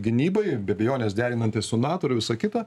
gynybai be abejonės derinantis su nato ir visa kita